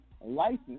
license